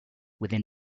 within